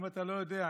אם אתה לא יודע,